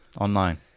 online